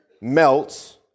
melts